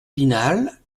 pinal